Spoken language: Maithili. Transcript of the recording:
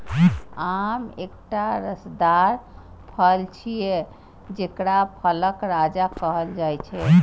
आम एकटा रसदार फल छियै, जेकरा फलक राजा कहल जाइ छै